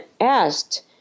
asked